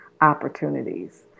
opportunities